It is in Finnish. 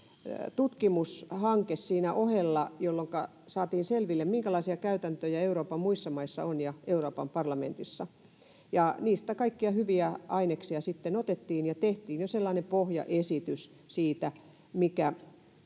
tutkimushanke siinä ohella, jolloinka saatiin selville, minkälaisia käytäntöjä Euroopan muissa maissa ja Euroopan parlamentissa on, ja niistä kaikkia hyviä aineksia sitten otettiin ja tehtiin jo sellainen pohjaesitys siitä, mikä